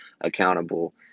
accountable